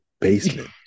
basement